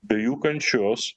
be jų kančios